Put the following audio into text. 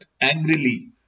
angrily